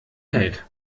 hält